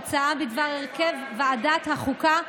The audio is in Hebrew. הצעות האי-אמון,